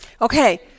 Okay